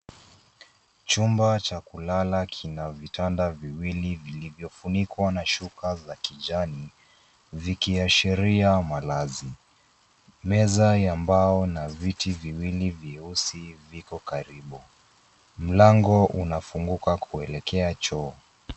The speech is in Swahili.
Chumba cha kulala kina vitanda viwili vilivyofunikwa na shuka za kijani vikiashiria malazi. Meza ya mbao na viti viwili vyeusi viko karibu. Mlango unafunguka kuelekea choo.